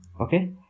okay